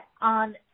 on